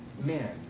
men